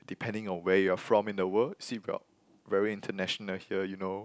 depending on where you are from in the world see we are very international here you know